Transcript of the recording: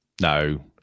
no